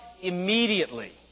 immediately